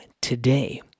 today